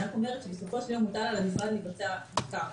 אני רק אומרת שבסופו של יום הוטל על המשרד לבצע בדיקה.